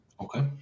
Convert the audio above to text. okay